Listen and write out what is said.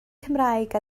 cymraeg